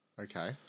Okay